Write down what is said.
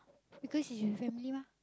because it's with family mah